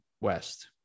west